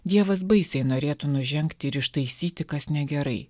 dievas baisiai norėtų nužengti ir ištaisyti kas negerai